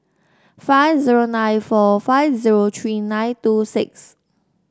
five zero nine four five zero three nine two six